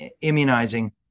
immunizing